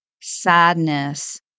sadness